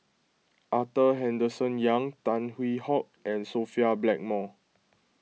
Arthur Henderson Young Tan Hwee Hock and Sophia Blackmore